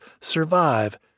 survive